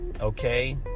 Okay